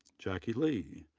jackie le,